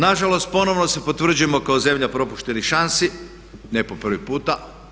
Nažalost, ponovno se potvrđujemo kao zemlja propuštenih šansi, ne po prvi puta.